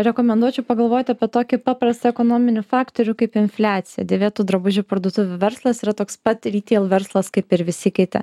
rekomenduočiau pagalvoti apie tokį paprastą ekonominį faktorių kaip infliacija dėvėtų drabužių parduotuvių verslas yra toks pat ryteil verslas kaip ir visi kiti